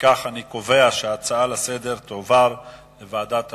אני קובע שההצעות לסדר-היום תועברנה לוועדת העבודה,